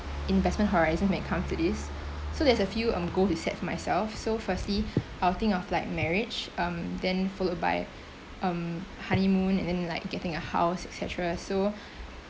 investment horizons when it comes to this so there's a few um goals to set myself so firstly I would think of like marriage um then followed by um honeymoon and then like getting a house et cetera so